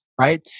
right